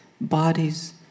bodies